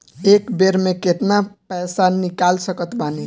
एक बेर मे केतना पैसा निकाल सकत बानी?